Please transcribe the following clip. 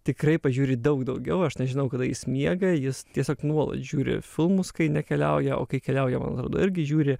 tikrai pažiūri daug daugiau aš nežinau kada jis miega jis tiesiog nuolat žiūri filmus kai nekeliauja o kai keliauja man atrodo irgi žiūri